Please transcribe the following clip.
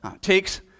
takes